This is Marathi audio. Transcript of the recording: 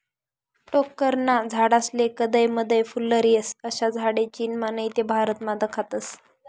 टोक्करना झाडेस्ले कदय मदय फुल्लर येस, अशा झाडे चीनमा नही ते भारतमा दखातस